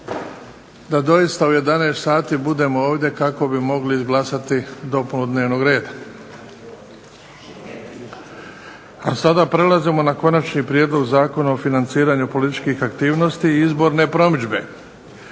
da doista u 11 sati budemo ovdje kako bi mogli izglasati dopunu dnevnog reda. A sada prelazimo na - Konačni prijedlog Zakona o financiranju političkih aktivnosti i izborne promidžbe,